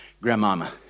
Grandmama